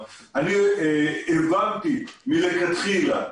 הבנתי מלכתחילה,